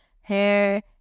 hair